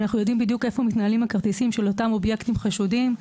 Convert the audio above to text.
אנחנו יודעים בדיוק איפה מתנהלים הכרטיסים של אותם אובייקטיבים חשודים.